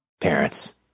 parents